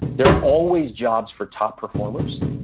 there are always jobs for top performers.